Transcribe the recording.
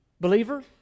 believer